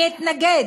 אני אתנגד.